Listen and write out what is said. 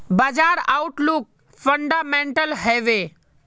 बाजार outlook fundamental हैवै?